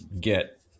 get